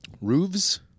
roofs